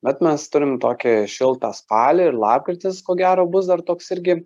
bet mes turim tokį šiltą spalį ir lapkritis ko gero bus dar toks irgi